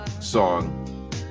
song